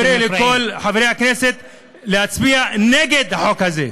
אני קורא לכל חברי הכנסת להצביע נגד החוק הזה,